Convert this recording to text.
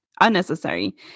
Unnecessary